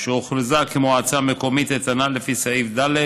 או במועצה מקומית שהוכרזה כמועצה מקומית איתנה לפי סעיף ד'